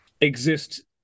exist